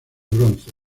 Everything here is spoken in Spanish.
bronce